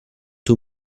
two